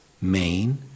main